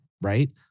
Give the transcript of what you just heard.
right